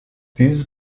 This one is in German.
dieses